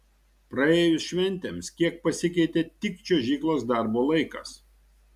praėjus šventėms kiek pasikeitė tik čiuožyklos darbo laikas